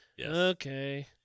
okay